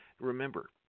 Remember